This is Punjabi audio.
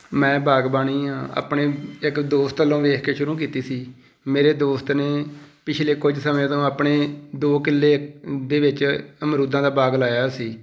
ਮੈਂ ਬਾਗਬਾਨੀ ਆ ਆਪਣੇ ਇੱਕ ਦੋਸਤ ਵੱਲ ਵੇਖ ਕੇ ਸ਼ੁਰੂ ਕੀਤੀ ਸੀ ਮੇਰੇ ਦੋਸਤ ਨੇ ਪਿਛਲੇ ਕੁਝ ਸਮੇਂ ਤੋਂ ਆਪਣੇ ਦੋ ਕਿੱਲੇ ਦੇ ਵਿੱਚ ਅਮਰੂਦਾਂ ਦਾ ਬਾਗ ਲਾਇਆ ਸੀ